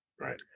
Right